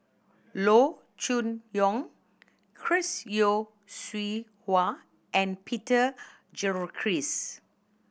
Loo Choon Yong Chris Yeo Siew Hua and Peter Gilchrist